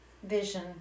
vision